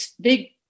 big